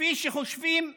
כפי שחושבים כולם.